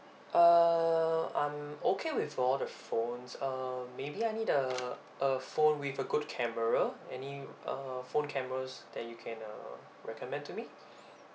err I'm okay with all the phones uh maybe I need a a phone with a good camera any uh phone cameras that you can uh recommend to me